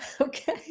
okay